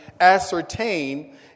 ascertain